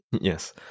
yes